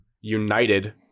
united